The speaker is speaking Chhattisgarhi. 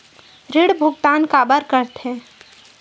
ऋण भुक्तान काबर कर थे?